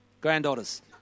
granddaughters